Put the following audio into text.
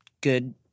good